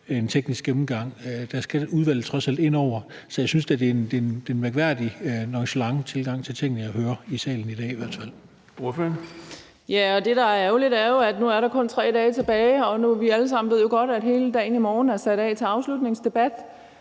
en teknisk gennemgang, for der skal udvalget trods alt ind over. Så jeg synes da, at det er en mærkværdig nonchelant tilgang til tingene, jeg hører i salen i dag i hvert fald.